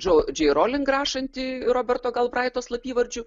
džio džiroling rašanti roberto kalbraito slapyvardžiu